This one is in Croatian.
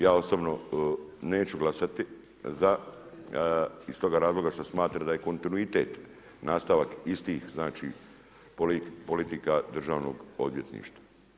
Ja osobno neću glasati za iz toga razloga što smatram da je kontinuitet nastavak istih politika Državnog odvjetništva.